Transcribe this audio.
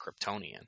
Kryptonian